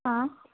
हां